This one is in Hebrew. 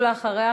ולאחריה,